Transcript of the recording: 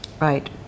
Right